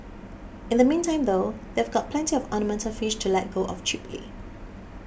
in the meantime though they've got plenty of ornamental fish to let go of cheaply